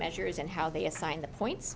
measures and how they assign the points